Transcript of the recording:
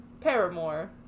Paramore